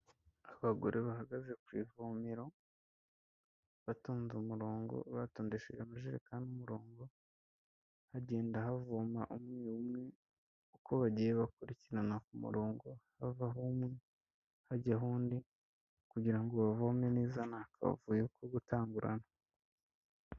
Abagore bahagaze ku ivomero batonze umurongo, batondesheje amajerekani umurongo, hagenda havoma umwe umwe, uko bagiye bakurikirana ku murongo, havaho umwe hajyaho undi kugira ngo bavome neza nta kavuyo ko gutangurana.